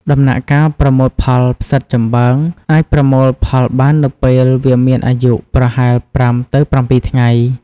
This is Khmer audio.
ដំណាក់កាលប្រមូលផលផ្សិតចំបើងអាចប្រមូលផលបាននៅពេលវាមានអាយុប្រហែល ៥ ទៅ ៧ ថ្ងៃ។